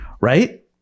right